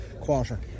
Quarter